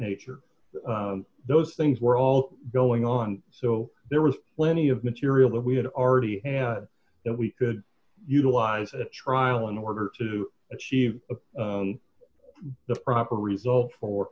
nature those things were all going on so there was plenty of material that we had already had that we could utilize at trial in order to achieve the proper result for